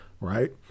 right